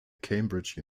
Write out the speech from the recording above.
cambridge